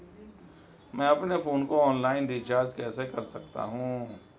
मैं अपने फोन को ऑनलाइन रीचार्ज कैसे कर सकता हूं?